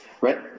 right